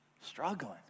struggling